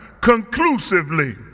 conclusively